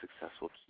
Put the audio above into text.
successful